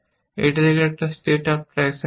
এটি একটি state after action three